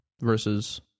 Versus